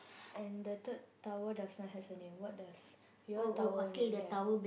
and the third tower does not has a name what does your tower name have